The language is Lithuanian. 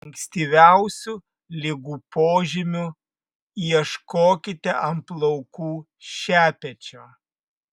ankstyviausių ligų požymių ieškokite ant plaukų šepečio